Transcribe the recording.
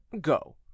go